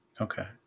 Okay